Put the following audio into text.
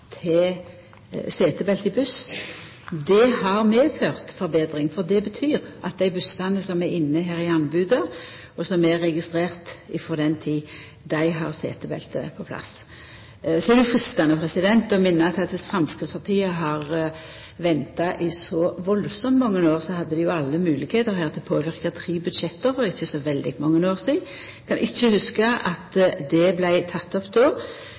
til setebelte i buss har medført forbetring, for det betyr at dei bussane som er inne i anboda her, og som er registrerte frå den tida, har setebelte på plass. Så er det freistande å minna om at dersom Framstegspartiet har venta i så kolossalt mange år, hadde dei jo hatt alle moglegheiter til å påverka tre budsjett for ikkje så veldig mange år sidan. Eg kan ikkje hugsa at dette då vart teke opp,